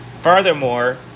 furthermore